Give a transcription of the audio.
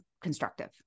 constructive